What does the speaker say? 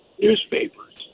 newspapers